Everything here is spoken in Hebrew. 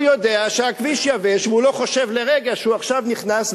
יודע שהכביש יבש והוא לא חושב לרגע שהוא עכשיו נכנס,